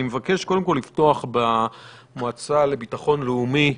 אני מבקש קודם כול לפתוח במועצה לביטחון לאומי.